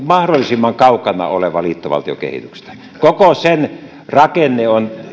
mahdollisimman kaukana liittovaltiokehityksestä koko sen rakenne on